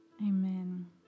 Amen